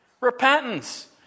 repentance